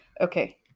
Okay